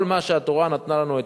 כל מה שהתורה נתנה לנו,